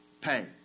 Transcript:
Pay